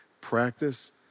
practice